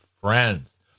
friends